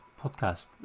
podcast